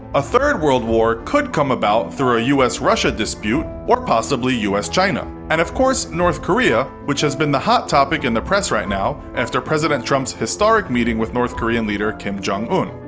a third world war could come about through a us russia dispute, or possibly us china. and of course north korea, which has been the hot topic in the press right now, after president trump's historic meeting with north korean leader, kim jong-un.